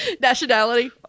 Nationality